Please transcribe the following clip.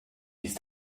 ist